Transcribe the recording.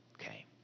Okay